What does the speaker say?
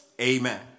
Amen